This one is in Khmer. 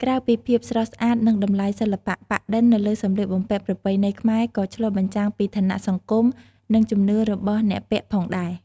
ក្រៅពីភាពស្រស់ស្អាត និងតម្លៃសិល្បៈ ប៉ាក់-ឌិន នៅលើសម្លៀកបំពាក់ប្រពៃណីខ្មែរក៏ឆ្លុះបញ្ចាំងពី ឋានៈសង្គម និង ជំនឿរបស់អ្នកពាក់ផងដែរ។